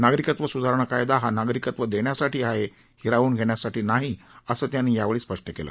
नागरिकत्व सुधारणा कायदा हा नागरिकत्व देण्यासाठी आहे हिरावून घेण्यासाठी नाही असं ठाकूर यांनी यावेळी स्पष्ट केलं